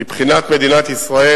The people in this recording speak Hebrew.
מבחינת מדינת ישראל,